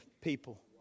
people